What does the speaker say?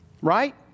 Right